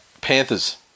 Panthers